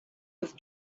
with